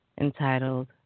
entitled